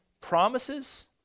promises